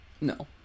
No